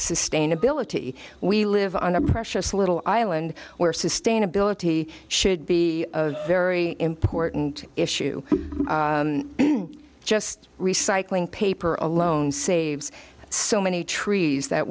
sustainability we live on a precious little island where sustainability should be a very important issue just recycling paper alone saves so many trees that